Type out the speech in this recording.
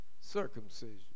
circumcision